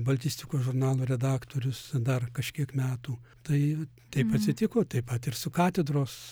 baltistikos žurnalo redaktorius dar kažkiek metų tai taip atsitiko taip pat ir su katedros